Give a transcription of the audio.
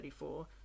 34